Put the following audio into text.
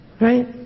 Right